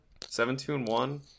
Seven-two-and-one